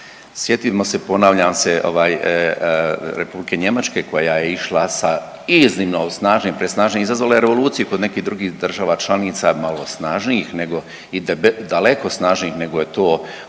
Sjetimo se ponavljam se Republike Njemačke koja je išla sa iznimno snažnim, presnažnim izazvalo je revoluciju kod nekih drugih država članica malo snažnijih nego i daleko snažnijih nego je to uopće